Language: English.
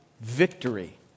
victory